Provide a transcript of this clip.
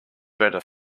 better